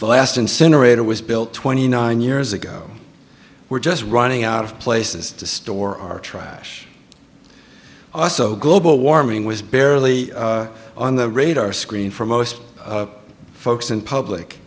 the last incinerator was built twenty nine years ago we're just running out of places to store our triage also global warming was barely on the radar screen for most folks and public